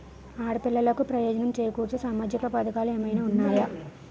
ఆడపిల్లలకు ప్రయోజనం చేకూర్చే సామాజిక పథకాలు ఏమైనా ఉన్నాయా?